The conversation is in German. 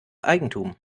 eigentum